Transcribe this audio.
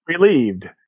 Relieved